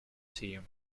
team